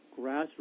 grassroots